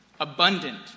abundant